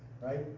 right